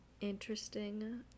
interesting